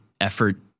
effort